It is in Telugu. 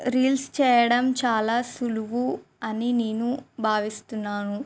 రీల్స్ చేయడం చాలా సులువు అని నేను భావిస్తున్నాను